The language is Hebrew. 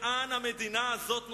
לאן המדינה הזאת נוסעת?